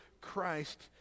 Christ